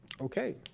Okay